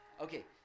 Okay